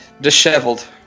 disheveled